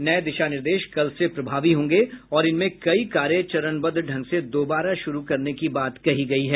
नए दिशा निर्देश कल से प्रभावी होंगे और इनमें कई कार्य चरणबद्ध ढंग से दोबारा शुरु करने की बात कही गई है